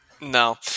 No